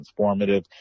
transformative